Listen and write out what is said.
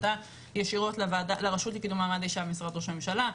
היא פנתה ישירות לרשות לקידום מעמד האשה במשרד ראש הממשלה,